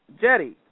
Jetty